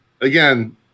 Again